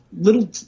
little